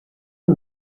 痛苦